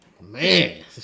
man